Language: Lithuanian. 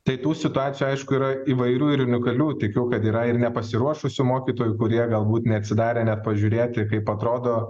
tai tų situacijų aišku yra įvairių ir unikalių tikiu kad yra ir nepasiruošusių mokytojų kurie galbūt neatsidarė net pažiūrėti kaip atrodo